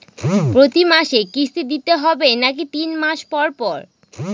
প্রতিমাসে কিস্তি দিতে হবে নাকি তিন মাস পর পর?